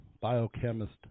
biochemist